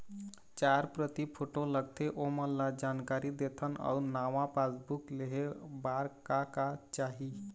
चार प्रति फोटो लगथे ओमन ला जानकारी देथन अऊ नावा पासबुक लेहे बार का का चाही?